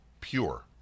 Pure